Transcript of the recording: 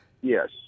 Yes